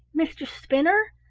mistress spinner!